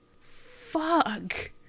Fuck